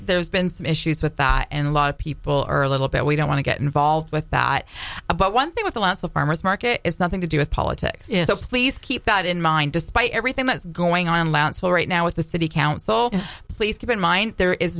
there's been some issues with that and a lot of people are a little bit we don't want to get involved with that but one thing with a lot of the farmer's market is nothing to do with politics is so please keep that in mind despite everything that's going on right now with the city council please keep in mind there is